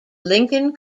lincoln